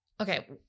okay